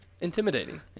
intimidating